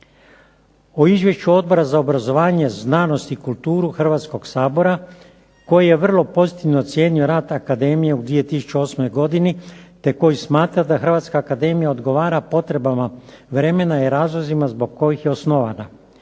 O izvješću Odbora za obrazovanje, znanost i kulturu Hrvatskoga sabora koji je vrlo pozitivno ocijenio rad Akademije u 2008. godini te koji smatra da Hrvatska akademija odgovara potrebama vremena i razlozima zbog kojih je osnovana.